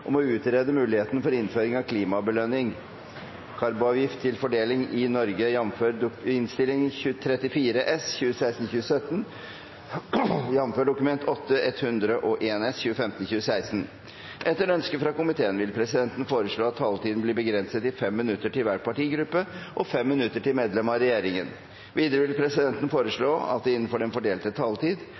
om kunnskapsbasert og bærekraftig bruk av biodrivstoff. Forslagene vil bli behandlet på reglementsmessig måte. Etter ønske fra energi- og miljøkomiteen vil presidenten foreslå at taletiden begrenses til 5 minutter til hver partigruppe og 5 minutter til medlemmer av regjeringen. Videre vil presidenten foreslå at det – innenfor den fordelte taletid